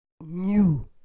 new